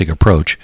approach